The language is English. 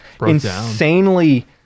insanely